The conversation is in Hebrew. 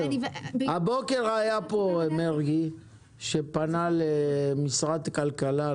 הבוקר היה פה מרגי שפנה למשרד הכלכלה,